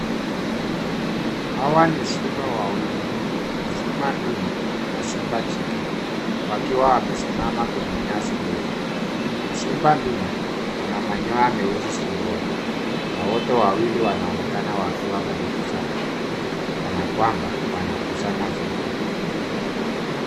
Hawa ni simba wawili. Simba ndume na simba jike, wakiwa wamesimama kwenye nyasi ndefu. Simba ndume ana manyoya meusi shingoni na wote wawili wanaonekana wakiwa karibu sana kana kwamba wanakusanya vichwa.